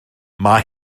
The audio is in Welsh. mae